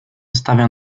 stawia